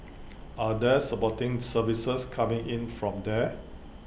are there supporting services coming in from there